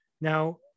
Now